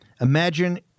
Imagine